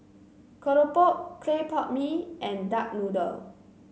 Keropok Clay Pot Mee and Duck Noodle